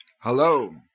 Hello